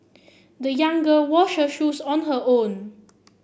the young girl washed her shoes on her own